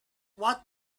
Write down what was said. what